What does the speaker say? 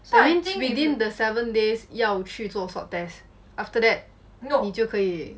so within the seven days 要去做 swab test after that 你就可以